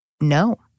no